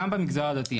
גם במגזר הדתי,